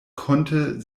konnte